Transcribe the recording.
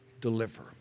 deliver